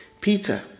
Peter